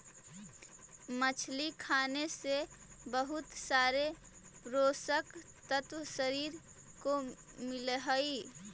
मछली खाने से बहुत सारे पोषक तत्व शरीर को मिलअ हई